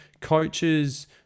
coaches